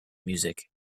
music